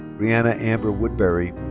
brianna amber woodbury.